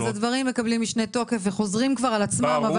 אז הדברים מקבלים משנה תוקף וחוזרים כבר על עצמם.